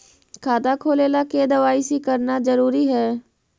खाता खोले ला के दवाई सी करना जरूरी है?